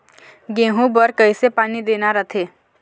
गेहूं बर कइसे पानी देना रथे?